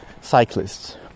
cyclists